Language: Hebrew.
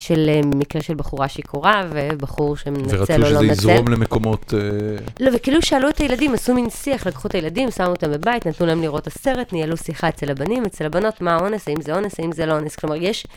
של מקרה של בחורה שיכורה, ובחור שמנצל או לא מנצל. ורצו שזה יזרום למקומות... לא, וכאילו שאלו את הילדים, עשו מין שיח - לקחו את הילדים, שמו אותם בבית, נתנו להם לראות את הסרט, ניהלו שיחה אצל הבנים, אצל הבנות, מה האונס, האם זה אונס, האם זה לא אונס, כלומר, יש...